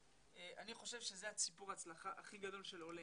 אני חושב שזה סיפור הצלחה הכי גדול של עולה.